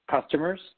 customers